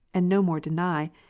and no more deny,